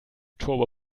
turbo